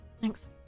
Thanks